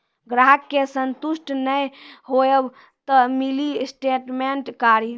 ग्राहक के संतुष्ट ने होयब ते मिनि स्टेटमेन कारी?